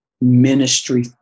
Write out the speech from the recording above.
ministry